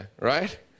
right